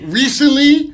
recently